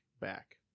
back